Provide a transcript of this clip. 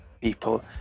people